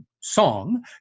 Song